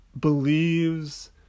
believes